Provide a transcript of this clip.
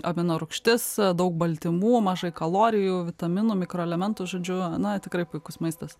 aminorūgštis daug baltymų mažai kalorijų vitaminų mikroelementų žodžiu na tikrai puikus maistas